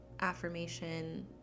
affirmation